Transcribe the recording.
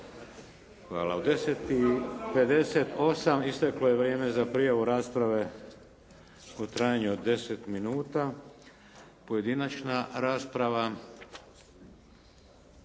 … 10 i 58, isteklo je vrijeme za prijavu rasprave u trajanju od 10 minuta. Pojedinačna rasprava.